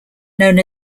known